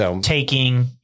taking